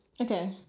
Okay